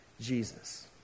Jesus